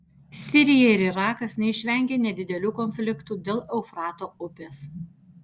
sirija ir irakas neišvengė nedidelių konfliktų dėl eufrato upės